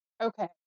Okay